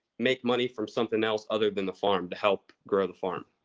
make money from something else other than the farm to help grow the farm.